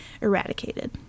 eradicated